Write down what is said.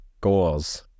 goals